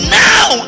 now